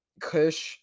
Kush